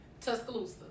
Tuscaloosa